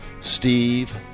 Steve